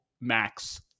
max